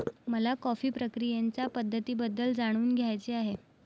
मला कॉफी प्रक्रियेच्या पद्धतींबद्दल जाणून घ्यायचे आहे